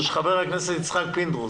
להלן תרגום חופשי שלהם.)